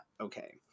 okay